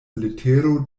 letero